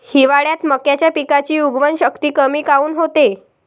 हिवाळ्यात मक्याच्या पिकाची उगवन शक्ती कमी काऊन होते?